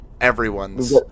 everyone's